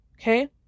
Okay